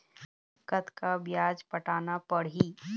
कतका ब्याज पटाना पड़ही?